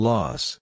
Loss